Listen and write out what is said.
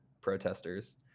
protesters